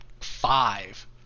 five